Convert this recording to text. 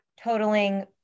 totaling